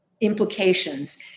implications